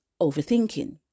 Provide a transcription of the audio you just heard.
overthinking